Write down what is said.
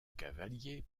cavaliers